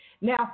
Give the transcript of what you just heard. Now